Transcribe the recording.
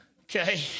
okay